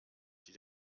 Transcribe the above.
die